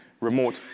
remote